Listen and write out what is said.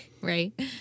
right